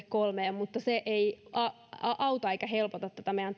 kolmeen mutta se ei auta eikä helpota tätä meidän